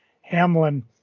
Hamlin